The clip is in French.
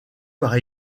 par